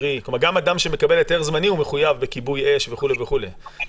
גם אדם שמקבל היתר זמני הוא מחויב בכיבוי אש וכו' וכו',